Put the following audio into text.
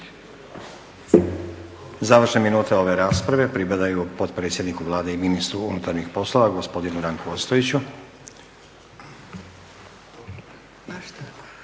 Završne minute ove rasprave pripadaju potpredsjedniku Vlade i ministru unutarnjih poslova gospodinu Ranku Ostojiću.